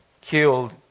killed